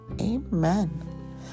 Amen